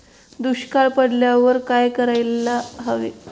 दुष्काळ पडल्यावर काय करायला हवे?